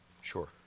Sure